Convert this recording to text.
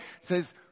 says